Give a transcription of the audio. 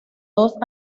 dos